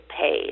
paid